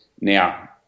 Now